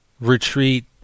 retreat